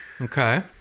Okay